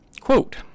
quote